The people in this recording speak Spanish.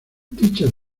dichas